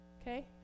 Okay